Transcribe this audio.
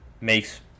makes